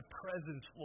presence